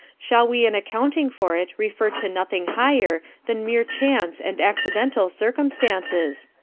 shall we in accounting for it refer to nothing higher than mere chance and accidental circumstances?